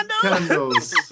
candles